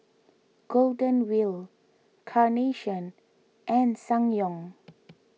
Golden Wheel Carnation and Ssangyong